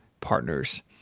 partners